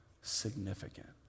significant